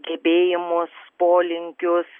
gebėjimus polinkius